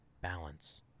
Balance